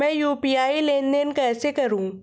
मैं यू.पी.आई लेनदेन कैसे करूँ?